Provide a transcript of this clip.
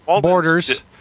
Borders